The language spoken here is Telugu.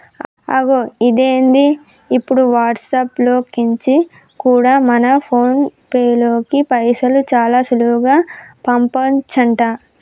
అగొ ఇదేంది ఇప్పుడు వాట్సాప్ లో కెంచి కూడా మన ఫోన్ పేలోకి పైసలు చాలా సులువుగా పంపచంట